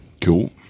Cool